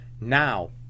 Now